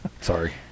Sorry